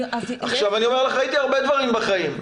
ראיתי הרבה דברים בחיים,